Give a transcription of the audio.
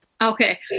Okay